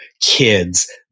kids